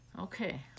Okay